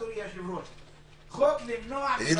אדוני היושב-ראש: חוק למנוע --- תגיד